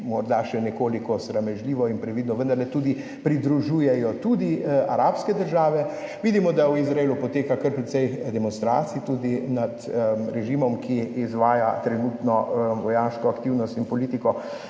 morda še nekoliko sramežljivo in previdno, vendarle pridružujejo tudi arabske države. Vidimo, da v Izraelu poteka kar precej demonstracij tudi nad režimom, ki izvaja trenutno vojaško aktivnost in politiko.